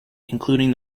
including